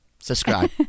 Subscribe